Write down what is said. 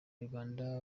nyarwanda